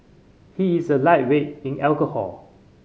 he is a lightweight in alcohol